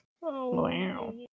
Wow